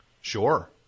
Sure